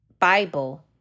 Bible